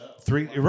three